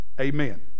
Amen